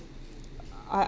I